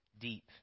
deep